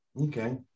Okay